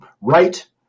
right